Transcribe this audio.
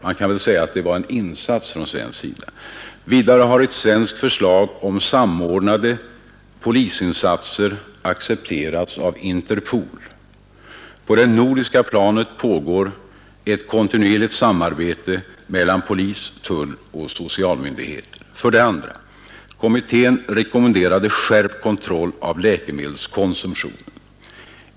Man kan väl säga att det var en insats från svensk sida. Vidare har ett svenskt förslag om samordnade polisinsatser accepterats av Interpol. På det nordiska planet pågår ett kontinuerligt samarbete mellan polis-, tulloch socialmyndigheter. 2. Kommittén rekommenderade skärpt kontroll av läkemedelskonsumtionen.